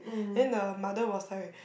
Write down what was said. then the mother was like